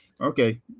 Okay